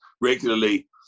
regularly